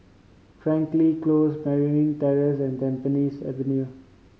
Frankel Close Merryn Terrace and Tampines Avenue